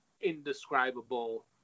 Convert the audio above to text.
indescribable